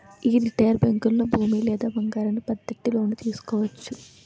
యీ రిటైలు బేంకుల్లో భూమి లేదా బంగారాన్ని పద్దెట్టి లోను తీసుకోవచ్చు